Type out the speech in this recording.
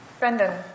Brendan